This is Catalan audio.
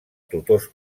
tutors